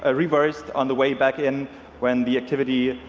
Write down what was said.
ah reversed on the way back in when the activity,